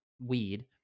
weed